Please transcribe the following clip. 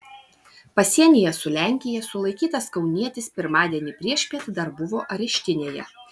pasienyje su lenkija sulaikytas kaunietis pirmadienį priešpiet dar buvo areštinėje